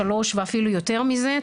3 ואפילו יותר מזה,